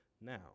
now